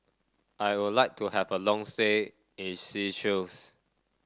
I would like to have a long stay in Seychelles